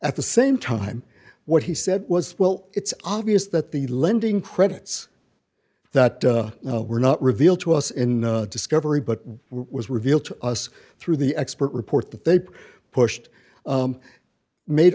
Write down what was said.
at the same time what he said was well it's obvious that the lending credits that were not revealed to us in the discovery but was revealed to us through the expert report that they pushed made